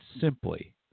simply